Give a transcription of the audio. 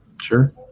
sure